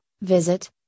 visit